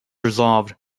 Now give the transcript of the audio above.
resolved